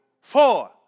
four